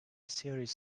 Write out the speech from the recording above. serious